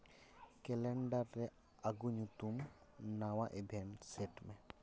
calendar ᱨᱮ ᱟᱹᱜᱩ ᱧᱩᱛᱩᱢ ᱱᱟᱣᱟ ᱤᱵᱷᱮᱱᱴ ᱥᱮᱴ ᱢᱮ